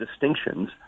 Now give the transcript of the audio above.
distinctions